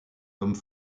homme